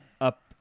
up